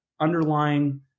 underlying